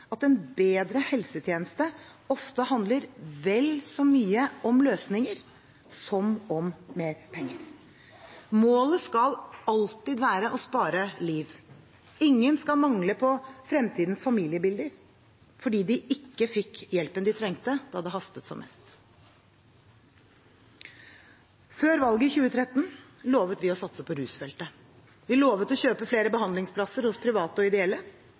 at en bedre helsetjeneste ofte handler vel så mye om bedre løsninger, som om mer penger. Målet skal alltid være å spare liv. Ingen skal mangle på fremtidens familiebilder fordi de ikke fikk hjelpen de trengte da det hastet som mest. Før valget i 2013 lovet vi å satse på rusfeltet. Vi lovet å kjøpe flere behandlingsplasser hos private og ideelle.